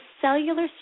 cellular